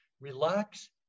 relax